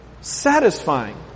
satisfying